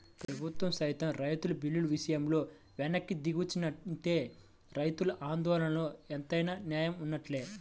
ప్రభుత్వం సైతం రైతు బిల్లుల విషయంలో వెనక్కి దిగొచ్చిందంటే రైతుల ఆందోళనలో ఎంతైనా నేయం వున్నట్లే